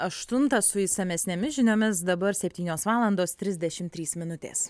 aštuntą su išsamesnėmis žiniomis dabar septynios valandos trisdešim trys minutės